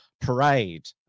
parade